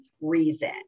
reason